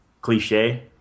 cliche